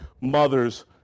mothers